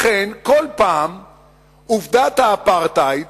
לכן, כל פעם עובדת האפרטהייד